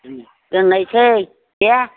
दोनलायनोसै देह